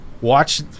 watch